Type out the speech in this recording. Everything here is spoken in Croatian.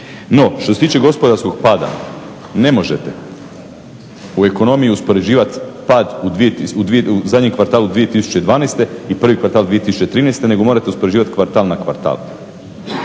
No, što se tiče gospodarskog pada ne možete u ekonomiji uspoređivati pad u zadnjem kvartalu 2012. i prvi kvartal 2013. nego morate uspoređivati kvartal na kvartal.